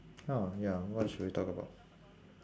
oh ya what should we talk about